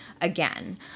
again